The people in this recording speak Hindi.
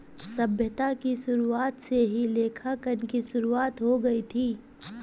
सभ्यता की शुरुआत से ही लेखांकन की शुरुआत हो गई थी